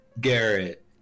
Garrett